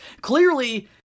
Clearly